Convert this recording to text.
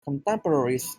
contemporaries